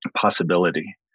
possibility